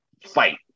fight